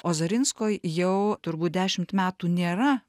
ozarinsko jau turbūt dešimt metų nėra